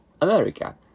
America